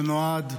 שנועד,